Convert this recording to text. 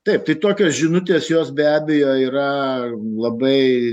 taip tai tokios žinutės jos be abejo yra labai